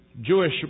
Jewish